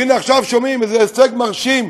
והינה, עכשיו שומעים איזה הישג מרשים: